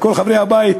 לכל חברי הבית,